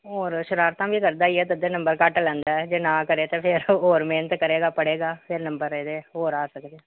ਹੋਰ ਸ਼ਰਾਰਤਾਂ ਵੀ ਕਰਦਾ ਹੀ ਹੈ ਤਦੇ ਨੰਬਰ ਘੱਟ ਲੈਂਦਾ ਜੇ ਨਾ ਕਰੇ ਤਾਂ ਫੇਰ ਹੋਰ ਮਿਹਨਤ ਕਰੇਗਾ ਪੜ੍ਹੇਗਾ ਫੇਰ ਨੰਬਰ ਇਹਦੇ ਹੋਰ ਆ ਸਕਦੇ